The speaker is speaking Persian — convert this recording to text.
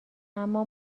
اما